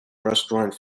restaurant